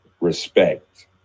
respect